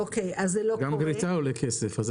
גם גריטה עולה כסף.